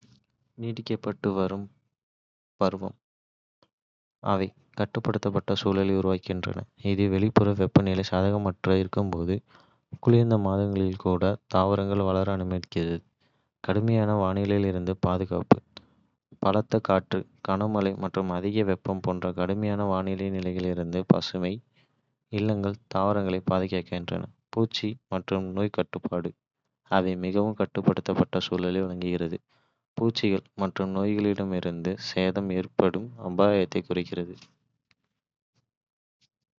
நீட்டிக்கப்பட்ட வளரும் பருவம் அவை கட்டுப்படுத்தப்பட்ட சூழலை உருவாக்குகின்றன, இது வெளிப்புற வெப்பநிலை சாதகமற்றதாக இருக்கும்போது குளிர்ந்த மாதங்களில் கூட தாவரங்கள் வளர அனுமதிக்கிறது. கடுமையான வானிலையிலிருந்து பாதுகாப்பு பலத்த காற்று, கனமழை மற்றும் அதிக வெப்பம் போன்ற கடுமையான வானிலை நிலைகளிலிருந்து பசுமை இல்லங்கள் தாவரங்களைப் பாதுகாக்கின்றன. பூச்சி மற்றும் நோய் கட்டுப்பாடு அவை மிகவும் கட்டுப்படுத்தப்பட்ட சூழலை வழங்குகின்றன, பூச்சிகள் மற்றும் நோய்களிலிருந்து சேதம் ஏற்படும் அபாயத்தைக் குறைக்கின்றன.